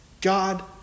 God